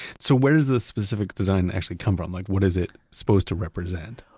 so where does this specific design actually come from? like what is it supposed to represent?